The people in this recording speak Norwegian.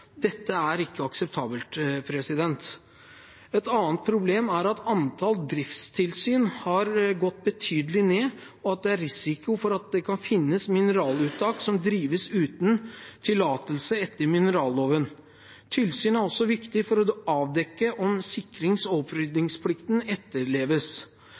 Dette er ikke akseptabelt. Et annet problem er at antall driftstilsyn har gått betydelig ned, og at det er risiko for at det kan finnes mineraluttak som drives uten tillatelse etter mineralloven. Tilsyn er også viktig for å avdekke om sikrings- og opprydningsplikten etterleves.